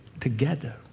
together